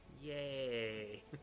yay